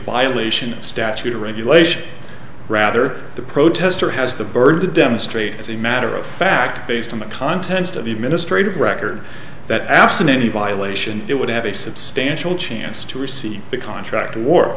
violation of statute or regulation rather the protester has the burden to demonstrate as a matter of fact based on the context of the administrative record that absent any violation it would have a substantial chance to receive the contract awar